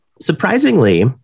Surprisingly